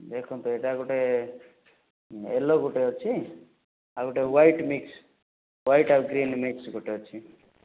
ଦେଖନ୍ତୁ ଏଇଟା ଗୋଟେ ୟେଲୋ ଗୋଟେ ଅଛି ଆଉ ଗୋଟେ ହ୍ୱାଇଟ୍ ମିକ୍ସ ହ୍ୱାଇଟ୍ ଆଉ ଗ୍ରୀନ୍ ମିକ୍ସ ଗୋଟେ ଅଛି